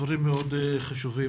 דברים מאוד חשובים.